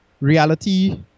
reality